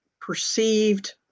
perceived